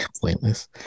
Pointless